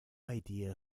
idea